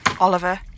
Oliver